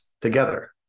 together